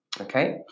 Okay